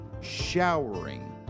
showering